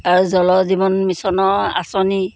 আৰু জল জীৱন মিছনৰ আঁচনি